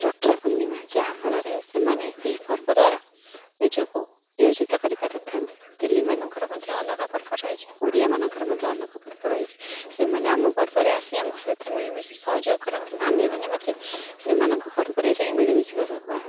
ରକ୍ଷା ପୂର୍ଣ୍ଣିମା ଯାହାଫଳରେ ସେମାନେ ଏହି ପର୍ବ ଦ୍ୱାରା ନିଜକୁ ନିୟୋଜିତ କରିପାରିଥାନ୍ତି ତେଲିମାନଙ୍କର ମଧ୍ୟ ଅଲଗା ପର୍ବ ରହିଛି ଓଡ଼ିଆମାନଙ୍କର ମଧ୍ୟ ଅଲଗା ପର୍ବ ରହିଛି ସେମାନେ ଆମ ପର୍ବରେ ଆସି ଆମ ସହିତ ମିଳିମିଶି ସହଯୋଗ କରନ୍ତି ଆମ୍ଭେମାନେ ମଧ୍ୟ ସେମାନଙ୍କ ପର୍ବରେ ଯାଇ ମିଳିମିଶି